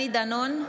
אינו נוכח דני דנון,